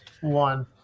one